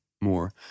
more